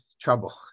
trouble